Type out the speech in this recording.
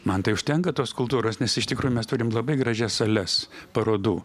man tai užtenka tos kultūros nes iš tikrųjų mes turim labai gražias sales parodų